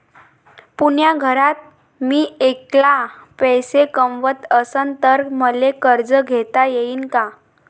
पुऱ्या घरात मी ऐकला पैसे कमवत असन तर मले कर्ज घेता येईन का?